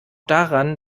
daran